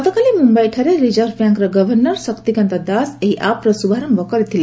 ଗତକାଲି ମୁମ୍ଭାଇଠାରେ ରିକର୍ଭ ବ୍ୟାଙ୍କ୍ର ଗଭର୍ଷର ଶକ୍ତିକାନ୍ତ ଦାସ ଏହି ଆପ୍ର ଶୁଭାରମ୍ଭ କରିଥିଲେ